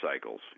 cycles